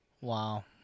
Wow